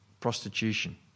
prostitution